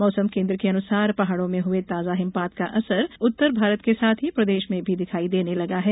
मौसम केन्द्र के अनुसार पहाड़ों में हुये ताजा हिमपात का असर उत्तर भारत के साथ ही प्रदेश में भी दिखाई देने लगा है